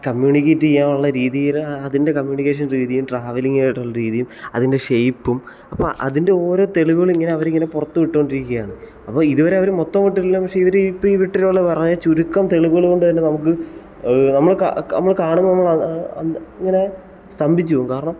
communicate ചെയ്യാനുള്ള രീതിയിൽ അതിൻ്റെ കമ്മ്യൂണിക്കേഷൻ രീതിയും ട്രാവലിംഗ് ആയിട്ടുള്ള രീതിയും അതിൻ്റെ ഷേപ്പും അപ്പം അതിൻ്റെ ഓരോ തെളിവുകളിങ്ങനെ അവർ ഇങ്ങനെ പുറത്ത് വിട്ട് കൊണ്ടിരിക്കുകയാണ് അപ്പം ഇതു വരെ അവർ മൊത്തം വിട്ടിട്ടുള്ള വളരെ ചുരുക്കം തെളിവുകളു കൊണ്ട് തന്നെ നമുക്ക് നമ്മൾ കാണുമ്പം നമ്മൾ കാണുമ്പം അന്ത ഇങ്ങനെ സ്തംഭിച്ച് പോകും കാരണം